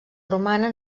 romana